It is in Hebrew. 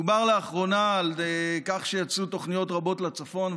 דובר לאחרונה על כך שיצאו תוכניות רבות לצפון,